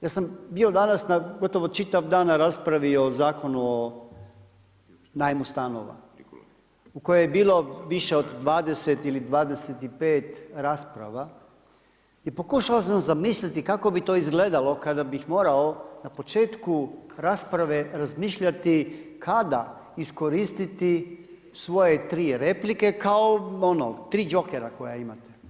Ja sam bio danas na, gotovo čitav dan na raspravi o Zakonu o najmu stanova u kojoj je bilo više od 20 ili 25 rasprava i pokušao sam zamisliti kako bi to izgledalo kada bih morao na početku rasprave razmišljati kada iskoristiti svoje tri replike kao tri džokera koja imate.